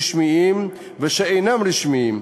רשמיים ושאינם רשמיים,